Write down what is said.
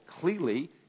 clearly